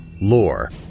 lore